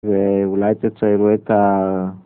ואולי תציירו את ה...